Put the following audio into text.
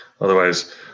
Otherwise